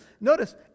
Notice